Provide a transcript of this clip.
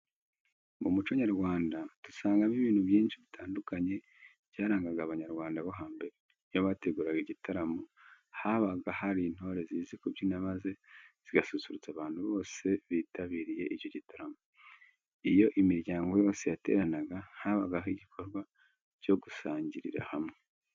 Mu muco nyarwanda dusangamo ibintu byinshi bitandukanye byarangaga Abanyarwanda bo hambere. Iyo bateguraga igitaramo, habaga hari intore zizi kubyina maze zigasusurutsa abantu bose bitabiriye icyo gitaramo. Iyo imiryango yose yateranaga habagaho igikorwa cyo gusangirira hamwe.